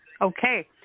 Okay